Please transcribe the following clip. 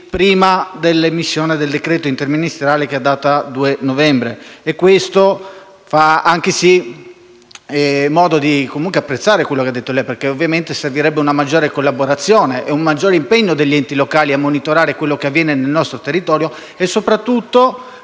prima dell'emissione del decreto interministeriale, che data 2 novembre. Questo ci fa apprezzare quanto lei ha detto, perché ovviamente servirebbe un maggiore collaborazione ed un maggiore impegno degli enti locali per monitorare quello che avviene nel nostro territorio. Mi dispiace tuttavia